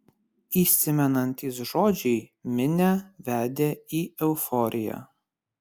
įsimenantys žodžiai minią vedė į euforiją